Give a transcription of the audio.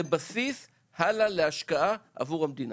זה בסיס הלאה להשקעה עבור המדינה.